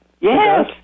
Yes